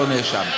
לא נאשם.